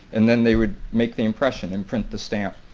and then they would make the impression and print the stamp.